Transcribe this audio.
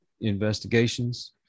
investigations